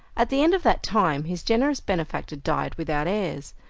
at the end of that time his generous benefactor died without heirs,